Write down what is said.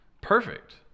perfect